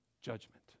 judgment